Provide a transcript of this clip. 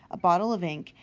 a bottle of ink,